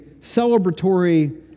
celebratory